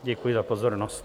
Děkuji za pozornost.